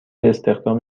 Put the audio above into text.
استخدام